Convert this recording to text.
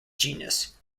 genus